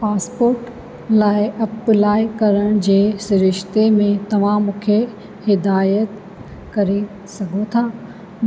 passport लाइ apply करण जे सिरिश्ते में तव्हां मूंखे हिदायत करे सघो था